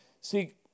See